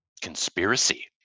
Conspiracy